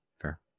fair